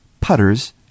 putters